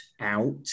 out